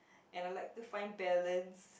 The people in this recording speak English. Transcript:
and I like to find balance